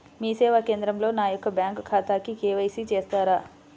మీ సేవా కేంద్రంలో నా యొక్క బ్యాంకు ఖాతాకి కే.వై.సి చేస్తారా?